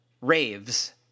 raves